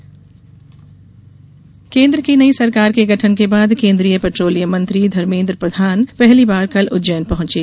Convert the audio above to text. प्रधान उज्जैन केंद्र की नई सरकार के गठन के बाद केंद्रीय पेट्रोलियम मंत्री धर्मेद्र प्रधान पहली बार कल उज्जैन पहंचे